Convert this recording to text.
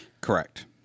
Correct